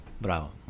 Bravo